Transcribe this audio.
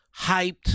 hyped